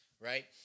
right